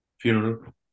funeral